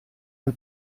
del